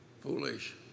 foolish